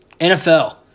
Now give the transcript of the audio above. NFL